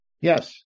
Yes